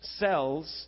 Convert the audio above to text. cells